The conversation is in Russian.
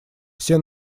все